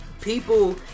People